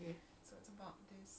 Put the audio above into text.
oh pasal apa eh